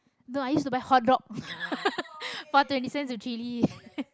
no i used to buy hotdog for twenty cents with chilli